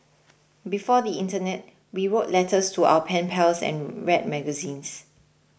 before the internet we wrote letters to our pen pals and read magazines